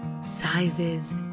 sizes